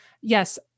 yes